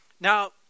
Now